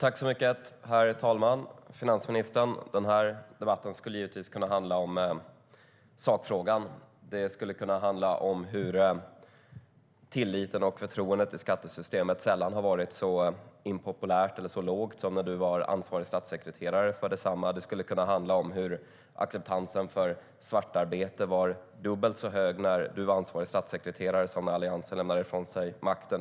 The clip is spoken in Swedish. Herr talman! Finansministern! Den här debatten skulle givetvis kunna handla om sakfrågan. Den skulle kunna handla om hur tilliten till och förtroendet för skattesystemet sällan varit på så låg nivå som när Magdalena Andersson var ansvarig statssekreterare för detsamma. Den skulle kunna handla om hur acceptansen för svartarbete var dubbelt så hög när Magdalena Andersson var ansvarig statssekreterare som när Alliansen lämnade ifrån sig makten.